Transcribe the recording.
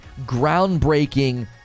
groundbreaking